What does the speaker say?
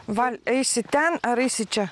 val eisi ten ar eisi čia